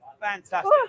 fantastic